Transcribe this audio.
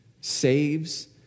saves